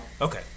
Okay